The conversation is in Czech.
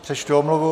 Přečtu omluvu.